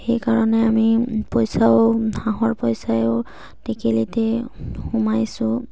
সেইকাৰণে আমি পইচাও হাঁহৰ পইচাও টেকেলিতে সোমাইছোঁ